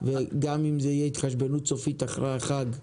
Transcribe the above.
גם אם זה יהיה התחשבנות סופית אחרי החג?